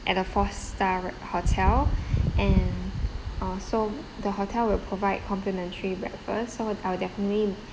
at a four star hotel and uh so the hotel will provide complimentary breakfast so I will definitely